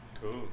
Cool